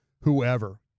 whoever